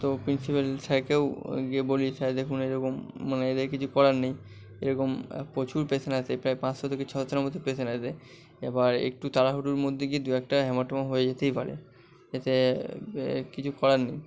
তো প্রিন্সিপাল স্যারকেও গিয়ে বলি স্যার দেখুন এরকম মানে এদের কিছু করার নেই এরকম প্রচুর পেসেন্ট আসে প্রায় পাঁচশো থেকে ছয়শোর মত পেসেন্ট আসে এবার একটু তাড়াহুড়োর মধ্যে গিয়ে দু একটা হেমাটোমা হয়ে যেতেই পারে এতে কিছু করার নেই